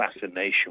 fascination